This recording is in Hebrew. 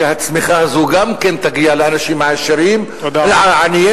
שהצמיחה הזו גם כן תגיע לאנשים העניים ולא